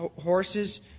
horses